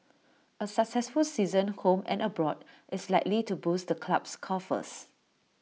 A successful season home and abroad is likely to boost the club's coffers